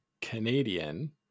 Canadian